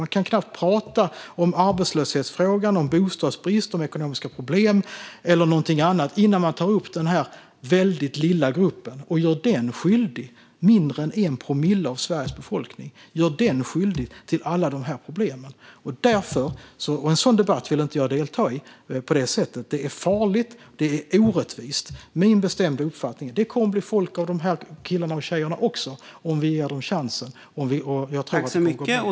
Vi kan knappt tala om arbetslöshetsfrågan, bostadsbrist, ekonomiska problem eller någonting annat utan att man tar upp den här väldigt lilla gruppen - mindre än 1 promille av Sveriges befolkning - och gör den skyldig till alla dessa problem. En sådan debatt vill jag inte delta i. Det är farligt, och det är orättvist. Min bestämda uppfattning är att det kommer att bli folk också av de här killarna och tjejerna om vi ger dem chansen. Jag tror att det kommer att gå bra för dem.